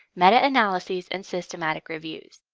meta-analysis, and systematic reviews.